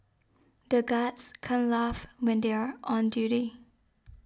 the guards can't laugh when they are on duty